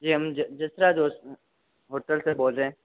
जी हम जसराज होटल से बोल रहे हैं